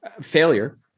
failure